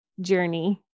journey